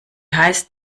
heißt